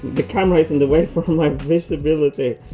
the camera is in the way for visibility!